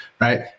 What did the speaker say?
right